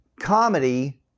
comedy